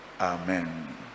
Amen